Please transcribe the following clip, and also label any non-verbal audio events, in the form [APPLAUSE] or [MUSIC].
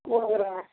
[UNINTELLIGIBLE]